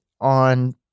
on